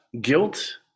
guilt